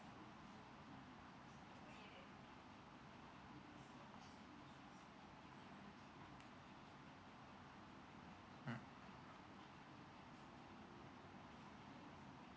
uh